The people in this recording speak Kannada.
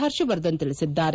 ಹರ್ಷವರ್ಧನ್ ತಿಳಿಸಿದ್ದಾರೆ